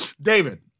David